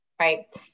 right